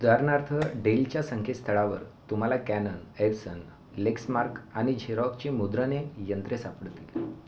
उदाहरणार्थ डेलच्या संकेतस्थळावर तुम्हाला कॅनन एप्सन लेक्समार्क आणि झेरॉकची मुद्रणे यंत्रे सापडतील